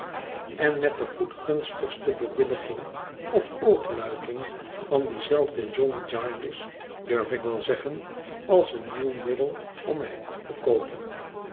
en met de goedgunstige bewilliging of oogluiking van dien zelfden john jarndyce durf ik wel zeggen als een nieuw middel om mij af te koopen